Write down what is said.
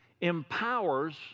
empowers